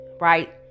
right